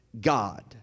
God